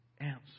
answer